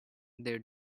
they